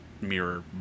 mirror